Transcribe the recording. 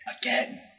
again